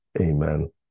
Amen